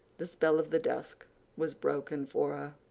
the spell of the dusk was broken for her.